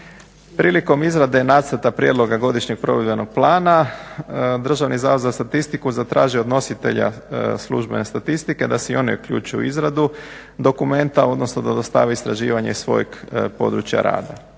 Prilikom izrade Nacrta prijedloga Godišnjeg provedbenog plana Državni zavod za statistiku zatražio je od nositelja službene statistike da se i oni uključe u izradu dokumenta, odnosno da dostave istraživanje iz svojeg područja rada.